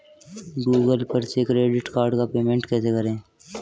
Google पर से credit card का पेमेंट कैसे करें?